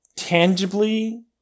tangibly